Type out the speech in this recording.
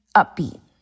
upbeat